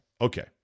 Okay